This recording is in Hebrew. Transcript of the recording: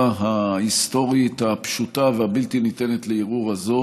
ההיסטורית הפשוטה והבלתי-ניתנת לערעור הזאת